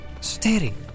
staring